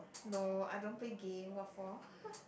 no I don't play game what for